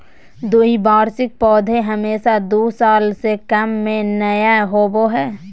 द्विवार्षिक पौधे हमेशा दू साल से कम में नयय होबो हइ